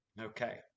Okay